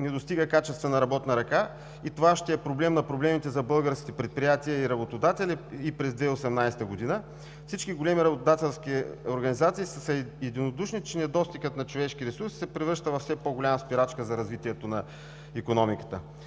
не достига качествена работна ръка и това ще е проблем на проблемите за българските предприятия и работодатели и през 2018 г. Всички големи работодателски организации са единодушни, че недостигът на човешки ресурс се превръща във все по-голяма спирачка за развитието на икономиката.